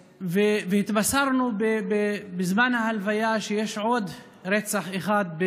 והתבשרנו בזמן ההלוויה שיש עוד רצח אחד,